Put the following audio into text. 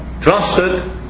trusted